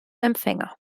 empfänger